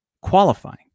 qualifying